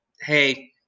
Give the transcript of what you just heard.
hey